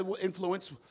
influence